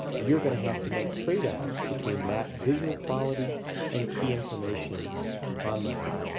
you're gonna have to make trade-offs between map visual quality and key information on the map.